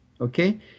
Okay